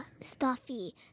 Stuffy